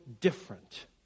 different